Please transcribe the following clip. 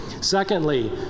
Secondly